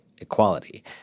equality